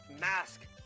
mask